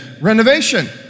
renovation